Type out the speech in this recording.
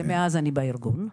ומאז אני בארגון,